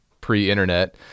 pre-internet